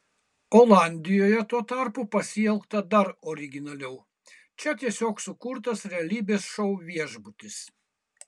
olandijoje tuo tarpu pasielgta dar originaliau čia tiesiog sukurtas realybės šou viešbutis